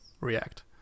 React